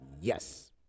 Yes